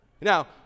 Now